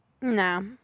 No